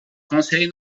conseil